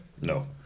no